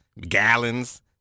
gallons